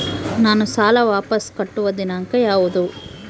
ನಾನು ಸಾಲ ವಾಪಸ್ ಕಟ್ಟುವ ದಿನಾಂಕ ಯಾವುದು?